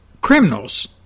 criminals